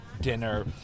dinner